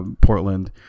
Portland